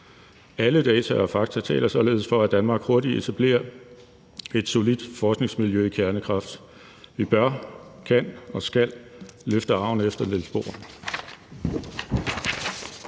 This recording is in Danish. Alle data og fakta taler således for, at Danmark hurtigt etablerer et solidt forskningsmiljø i kernekraft. Vi bør, kan og skal løfte arven efter Niels Bohr.